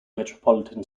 metropolitan